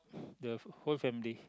the whole family